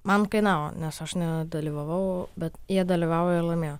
man kainavo nes aš nedalyvavau bet jie dalyvavo ir laimėjo